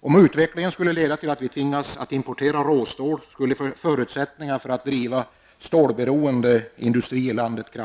Om utvecklingen leder till att vi tvingas importera råstål, då försvagas kraftigt förutsättningarna att driva en stålberoende industri i landet.